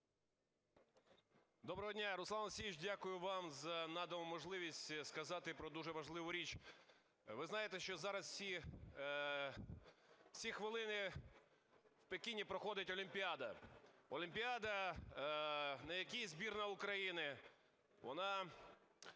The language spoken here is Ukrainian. Доброго дня! Руслан Олексійович, дякую вам за надану можливість сказати про дуже важливу річ. Ви знаєте, що зараз, в ці хвилини, в Пекіні проходить Олімпіада, Олімпіада, на якій збірна України, вона